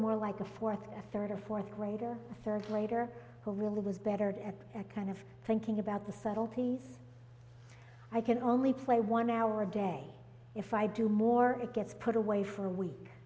more like a fourth a third or fourth grade or a surge later who really was better at a kind of thinking about the subtleties i can only play one hour a day if i do more it gets put away for a week